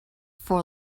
for